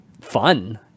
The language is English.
fun